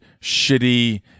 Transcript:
shitty